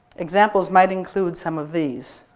examples might include some of these